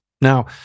Now